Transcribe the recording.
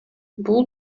бул